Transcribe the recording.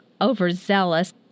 overzealous